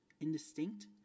Indistinct